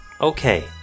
Okay